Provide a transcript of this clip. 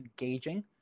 engaging